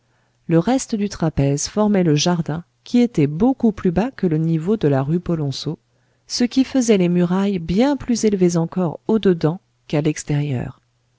le reste du trapèze formait le jardin qui était beaucoup plus bas que le niveau de la rue polonceau ce qui faisait les murailles bien plus élevées encore au dedans qu'à l'extérieur